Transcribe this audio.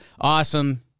awesome